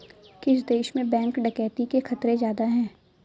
किस देश में बैंक डकैती के खतरे ज्यादा हैं?